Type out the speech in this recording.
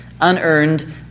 unearned